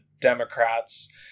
Democrats